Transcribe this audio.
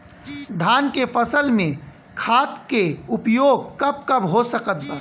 धान के फसल में खाद के उपयोग कब कब हो सकत बा?